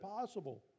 possible